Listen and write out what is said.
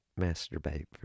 masturbate